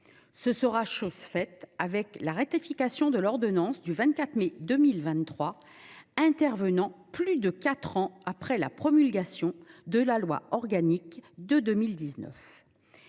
Ce sera chose faite avec la ratification de l’ordonnance du 24 mai 2023, qui intervient plus de quatre ans après la promulgation de la loi organique de 2019.